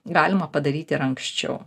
galima padaryti ir anksčiau